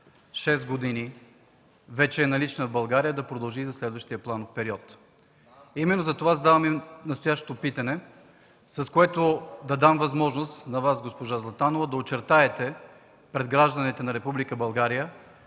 години е налична в България, да продължи и за следващия планов период. Именно затова отправям настоящото питане, с което да дам възможност на Вас, госпожо Златанова, да очертаете пред гражданите на Република